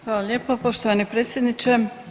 Hvala lijepo poštovani predsjedniče.